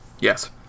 Yes